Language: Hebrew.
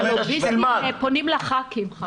הלוביסטים פונים לח"כים.